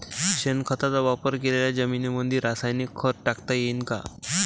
शेणखताचा वापर केलेल्या जमीनीमंदी रासायनिक खत टाकता येईन का?